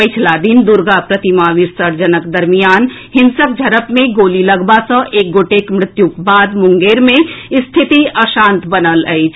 पछिला दिन दुर्गा प्रतिमा विर्सजनक दरमियान हिंसक झड़प मे गोली लगबा सँ एक गोटेक मृत्युक बाद मुंगेर मे स्थिति अशांत बनल अछि